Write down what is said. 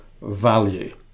value